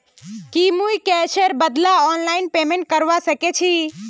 की मुई कैशेर बदला ऑनलाइन पेमेंट करवा सकेछी